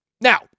Now